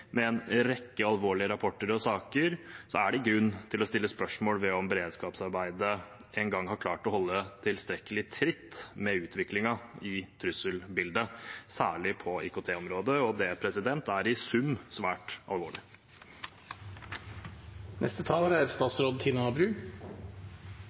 med en rekke alvorlige rapporter og saker, er det grunn til å stille spørsmål ved om beredskapsarbeidet engang har klart å holde tilstrekkelig tritt med utviklingen i trusselbildet, særlig på IKT-området, og det er i sum svært alvorlig. IKT-sikkerhet er